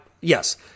yes